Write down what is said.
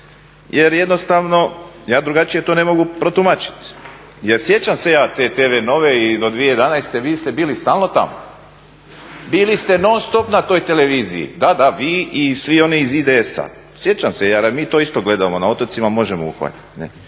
jer jednostavno, ja drugačije to ne mogu protumačiti. Jer sjećam se ja te tv NOVA-e i do 2011. vi ste bili stalno tamo, bili ste non stop na toj televiziji. Da, da, vi i svi oni iz IDS-a. Sjećam se ja, jer mi to isto gledamo, na otocima možemo uhvatiti.